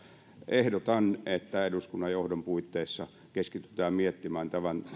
ehdotan että eduskunnan johdon puitteissa keskitytään miettimään tämän